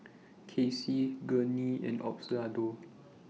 Kacey Gurney and Osbaldo